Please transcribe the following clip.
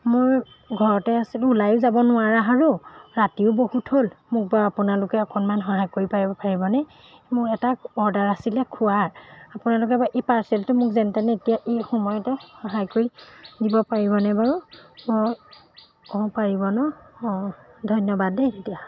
মই ঘৰতে আছিলোঁ ওলায়ো যাব নোৱাৰা আৰু ৰাতিও বহুত হ'ল মোক বাৰু আপোনালোকে অকণমান সহায় কৰি পাৰিব পাৰিবনে মোৰ এটা অৰ্ডাৰ আছিলে খোৱাৰ আপোনালোকে বাাৰু এই পাৰ্চেলটো মোক যেন তেনে এতিয়া ই সময়তে সহায় কৰি দিব পাৰিবনে বাৰু অঁ অঁ পাৰিব ন অঁ ধন্যবাদ দেই তেতিয়া